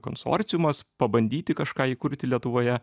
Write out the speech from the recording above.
konsorciumas pabandyti kažką įkurti lietuvoje